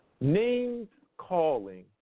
Name-calling